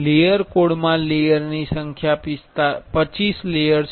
layer code માં લેયરની સંખ્યા 25 લેયર છે